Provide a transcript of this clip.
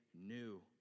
new